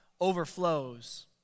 overflows